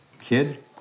Kid